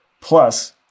plus